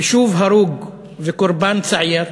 ושוב הרוג וקורבן צעיר,